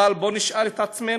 אבל בואו נשאל את עצמנו: